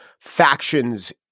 factions